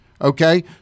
Okay